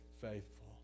faithful